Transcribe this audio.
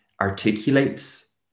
articulates